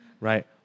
right